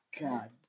God